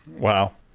wow.